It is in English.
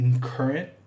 current